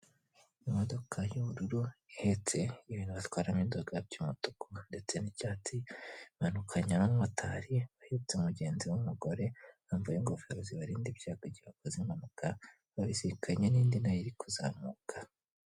Imodoka y'ubururu, ihetse ibintu batwara mu iduka by'umutuku, ndetse n'icyatsi, imanukanye n'umu motari uhetse umugenzi w'umugore, bambaye ingofero zibarinda ibyago igihe bakoze impanuka, babisikanye n'indi iri kuzamuka.